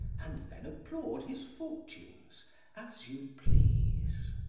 and then applaud his fortunes as you please.